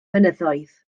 mynyddoedd